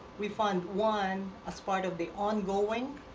we fund one as part of the ongoing,